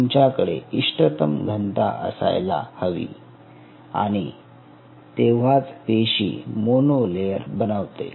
तुमच्याकडे इष्टतम घनता असायला हवी आणि तेव्हाच पेशी मोनो लेअर बनवते